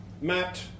Matt